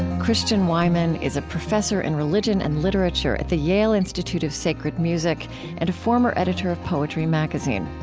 christian wiman is a professor in religion and literature at the yale institute of sacred music and a former editor of poetry magazine.